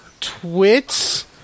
Twits